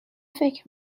فکر